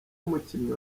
mukinnyi